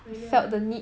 really ah